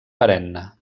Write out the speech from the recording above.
perenne